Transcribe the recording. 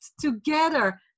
together